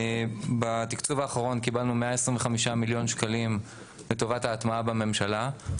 בתקצוב האחרון קיבלנו 125 מיליון שקלים לטובת ההטמעה בממשלה.